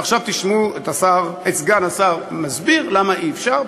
ועכשיו תשמעו את סגן השר מסביר למה אי-אפשר,